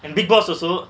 and big boss also